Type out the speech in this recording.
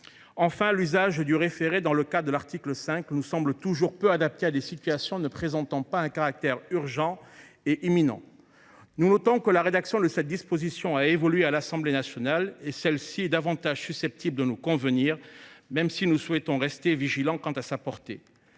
Enfin, l’usage du référé dans le cadre de l’article 5 nous paraît toujours peu adapté à des situations ne présentant pas un caractère urgent et imminent. Nous notons toutefois que la rédaction de cette disposition a évolué à l’Assemblée nationale. Cette nouvelle rédaction est davantage susceptible de nous convenir, même si nous restons vigilants quant à sa portée.